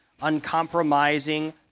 uncompromising